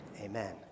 Amen